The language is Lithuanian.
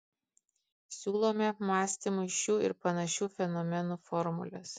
siūlome apmąstymui šių ir panašių fenomenų formules